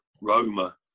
Roma